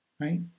right